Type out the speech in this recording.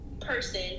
person